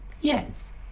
Yes